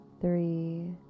three